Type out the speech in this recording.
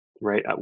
right